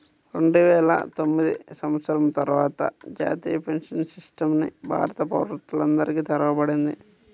రెండువేల తొమ్మిది సంవత్సరం తర్వాత జాతీయ పెన్షన్ సిస్టమ్ ని భారత పౌరులందరికీ తెరవబడింది